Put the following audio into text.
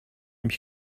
mich